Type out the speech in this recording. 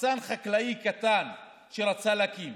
מחסן חקלאי קטן שרצה להקים.